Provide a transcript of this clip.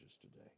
today